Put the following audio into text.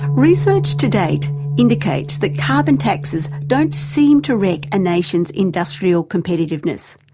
research to date indicates that carbon taxes don't seem to wreck a nation's industrial competitiveness,